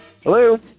Hello